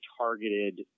targeted